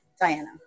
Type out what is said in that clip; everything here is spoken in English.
Diana